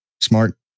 smart